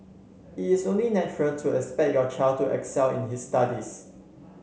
it is only natural to expect your child to excel in his studies